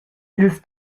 ils